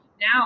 now